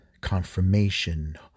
confirmation